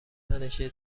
تنشه